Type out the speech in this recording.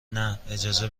نه، اجازه